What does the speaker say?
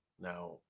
Now